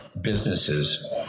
businesses